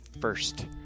first